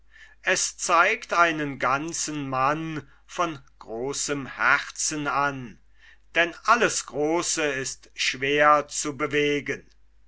es zeigt einen ganzen mann von großem herzen an denn alles große ist schwer zu bewegen